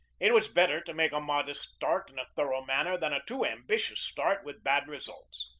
it was better to make a modest start in a thorough manner than a too ambitious start with bad results.